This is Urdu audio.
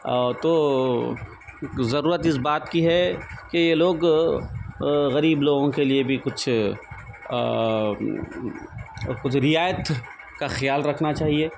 او تو ضرورت اس بات کی ہے کہ یہ لوگ غریب لوگوں کے لیے بھی کچھ کچھ رعایت کا خیال رکھنا چاہیے